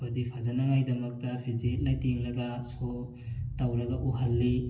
ꯑꯩꯈꯣꯏꯗꯤ ꯐꯖꯅꯤꯡꯉꯥꯏꯒꯤꯗꯃꯛꯇ ꯐꯤꯖꯦꯠ ꯂꯩꯇꯦꯡꯂꯒ ꯁꯣ ꯇꯧꯔꯒ ꯎꯍꯜꯂꯤ